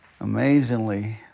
amazingly